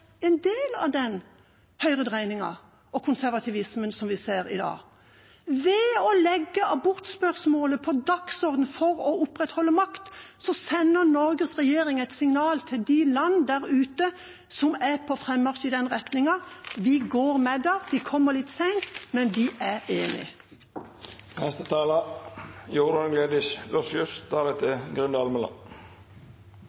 en del av den høyredreiningen og konservativismen som vi ser i dag. Ved å sette abortspørsmålet på dagsordenen for å opprettholde makt sender Norges regjering et signal til de land der ute som er på frammarsj i den retningen: Vi går med dem, vi kommer litt sent, men vi er